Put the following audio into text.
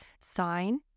sign